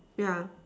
yeah